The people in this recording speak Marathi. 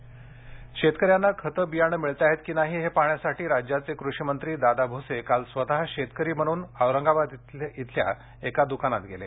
भुसे इशारा शेतकऱ्यांना खते बियाणे मिळताहेत की नाही हे पाहण्यासाठी राज्याचे कृषिमंत्री दादा भुसे काल स्वत शेतकरी बनून औरंगाबाद इथल्या एका दुकानात गेले